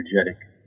energetic